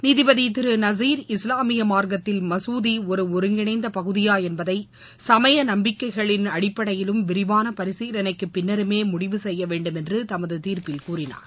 நீதிபதி திரு நசீர் இஸ்லாமிய மார்க்கத்தில் மசூதி ஒரு ஒருங்கிணைந்த பகுதியா என்பதை சமய நம்பிக்கைகளின் அடிப்படையிலும் விரிவான பரிசீலினைக்கு பின்னருமே முடிவு செய்ய வேண்டுமென்று தமது தீர்ப்பில் கூறினார்